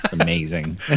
amazing